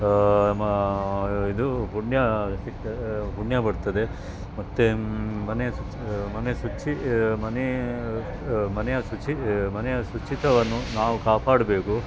ಮ ಇದು ಪುಣ್ಯ ಸಿಗ್ತ ಪುಣ್ಯ ಬರ್ತದೆ ಮತ್ತು ಮನೆ ಶುಚಿ ಮನೆ ಶುಚಿ ಮನೆ ಮನೆಯ ಶುಚಿ ಮನೆಯ ಶುಚಿತ್ವವನ್ನು ನಾವು ಕಾಪಾಡಬೇಕು